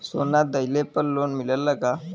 सोना दहिले पर लोन मिलल का?